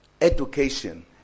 education